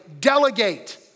delegate